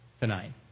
tonight